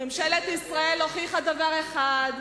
ממשלת ישראל הוכיחה דבר אחד,